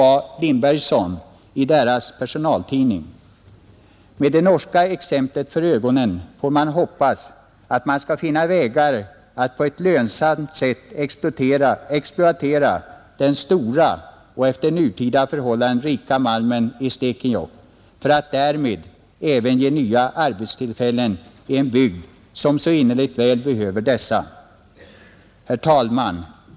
A. Lindbergson, i verkets personaltidning: ”Med det norska exemplet för ögonen får man hoppas att man skall finna vägar att på ett lönsamt sätt exploatera den stora och efter nutida förhållanden rika malmen i Stekenjokk för att därmed även ge nya arbetstillfällen i en bygd som så innerligt väl behöver dessa.” Herr talman!